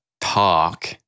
talk